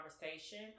conversation